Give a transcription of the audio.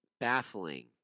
baffling